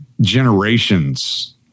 generations